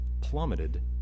plummeted